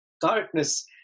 darkness